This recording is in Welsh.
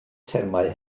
termau